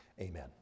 amen